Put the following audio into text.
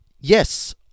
yes